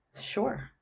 Sure